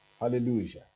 Hallelujah